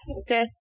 okay